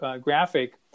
Graphic